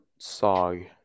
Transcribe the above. Sog